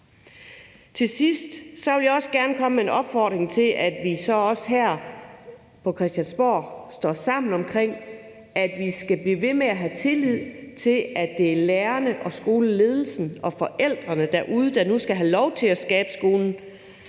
Til sidst vil jeg også gerne komme med en opfordring til, at vi så også her på Christiansborg står sammen om, at vi skal blive ved med at have tillid til, at det er lærerne, skoleledelsen og forældrene derude, der nu skal have lov til at skabe skolen.